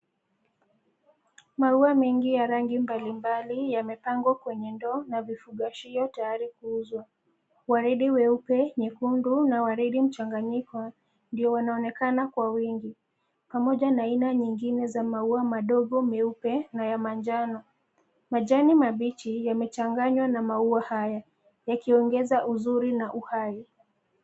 Maua mengi ya rangi mbalimbali yamepangwa kwenye ndoo, na vifugashi yote tayari kuuzwa. Waridi weupe, nyekundu, na waridi mchanganyiko, ndio wanaonekana kwa wingi. Pamoja na aina nyingine za maua madogo meupe, na ya manjano. Majani mabichi, yamechanganywa na maua haya, yakiongeza uzuri na uhai.